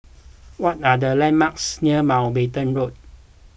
what are the landmarks near Mountbatten Road